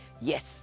Yes